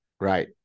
Right